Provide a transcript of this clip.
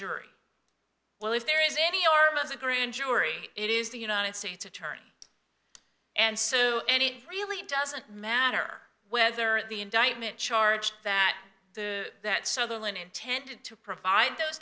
jury well if there is any or as a grand jury it is the united states attorney and so and it really doesn't matter whether the indictment charged that the that sutherland intended to provide those